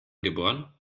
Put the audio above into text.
geboren